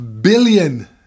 billion